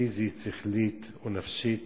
פיזית, שכלית או נפשית,